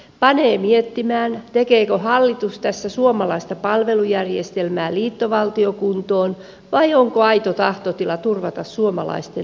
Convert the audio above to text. panee miettimään tekeekö hallitus tässä suomalaista palvelujärjestelmää liittovaltiokuntoon vai onko aito tahtotila turvata suomalaisten hyvinvointi